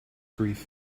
grief